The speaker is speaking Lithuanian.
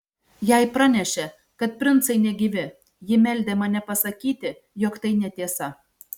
jai pranešė kad princai negyvi ji meldė mane pasakyti jog tai netiesa